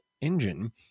engine